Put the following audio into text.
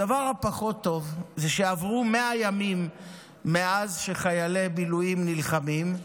הדבר הפחות-טוב הוא שעברו 100 ימים מאז שחיילי המילואים נלחמים,